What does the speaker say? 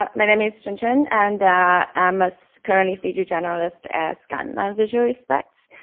um my name is chin chin. and i'm ah so currently cg generalist at scanline visual effects.